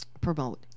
promote